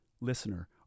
listener